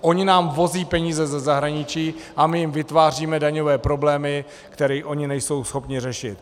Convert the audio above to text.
Oni nám vozí peníze ze zahraničí a my jim vytváříme daňové problémy, které oni nejsou schopni řešit.